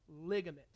ligament